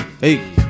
Hey